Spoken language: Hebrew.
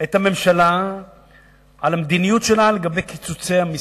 את הממשלה על המדיניות שלה לגבי קיצוצי המסים.